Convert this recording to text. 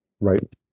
Right